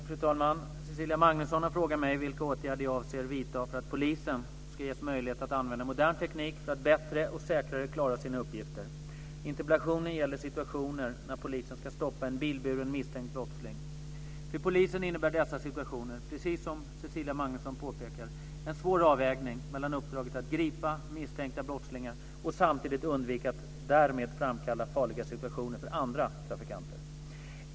Fru talman! Cecilia Magnusson har frågat mig vilka åtgärder jag avser vidta för att polisen ska ges möjlighet att använda modern teknik för att bättre och säkrare klara sina uppgifter. Interpellationen gäller situationer när polisen ska stoppa en bilburen misstänkt brottsling. För polisen innebär dessa situationer, precis som Cecilia Magnusson påpekar, en svår avvägning mellan uppdraget att gripa misstänkta brottslingar och samtidigt undvika att därmed framkalla farliga situationer för andra trafikanter.